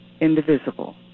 indivisible